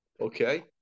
Okay